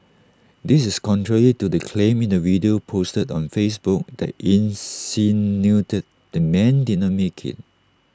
this is contrary to the claim in the video posted on Facebook that insinuated the man did not make IT